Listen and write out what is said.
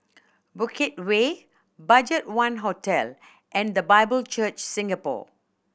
Bukit Way BudgetOne Hotel and The Bible Church Singapore